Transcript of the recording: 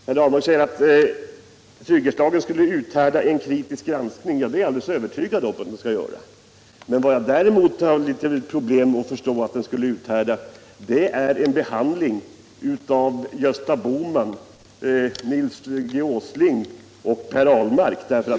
Per Ahlmark säger att trygghetslagen skulle uthärda en kritisk granskning. Ja, det är jag alldeles övertygad om att den skulle göra. Men däremot är det problematiskt om den skulle uthärda en behandling av Gösta Bohman, Nils G. Åsling och Per Ahlmark.